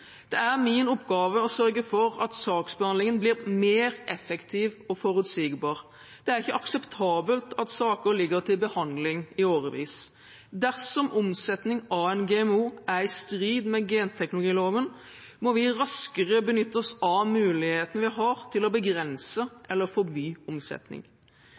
Det er min oppgave å sørge for at saksbehandlingen blir mer effektiv og forutsigbar. Det er ikke akseptabelt at saker ligger til behandling i årevis. Dersom omsetning av en GMO er i strid med genteknologiloven, må vi raskere benytte oss av muligheten vi har til å begrense eller forby omsetning.